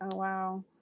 wow.